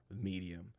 medium